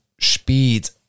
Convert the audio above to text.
Speed